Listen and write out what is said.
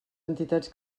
entitats